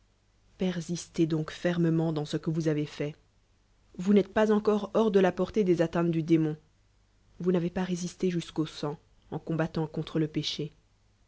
persistez donc fermement dans ce qae vous avez fait vous n'êtes pas encore hors de la po rtée des atteintes du démon vous n'ave pns résisté jusqu'au sang en combattant codtre le péché